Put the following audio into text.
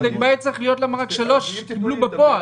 בדק בית צריך להיות על למה רק שלוש קיבלו בפועל.